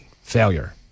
failure